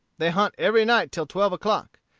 they hunt every night till twelve o'clock.